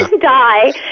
die